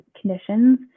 conditions